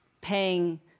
paying